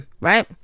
right